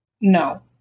No